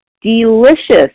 delicious